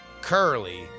Curly